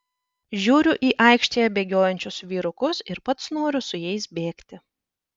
žiūriu į aikštėje bėgiojančius vyrukus ir pats noriu su jais bėgti